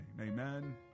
Amen